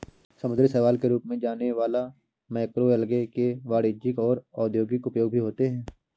समुद्री शैवाल के रूप में जाने वाला मैक्रोएल्गे के वाणिज्यिक और औद्योगिक उपयोग भी होते हैं